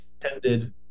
tended